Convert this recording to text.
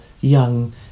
young